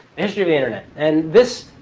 history of internet. and this,